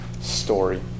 story